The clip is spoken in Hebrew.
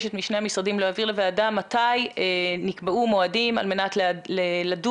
מבקשת משני המשרדים להעביר לוועדה מתי נקבעו מועדים על מנת לדון,